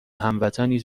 هموطنی